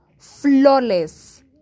flawless